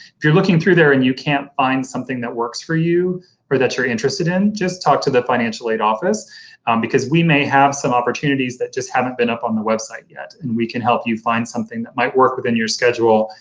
if you're looking through there and you can't find something that works for you or that you're interested in, just talk to the financial aid office because we may have some opportunities that just haven't been up on the website yet, and we can help you find something that might work within your schedule,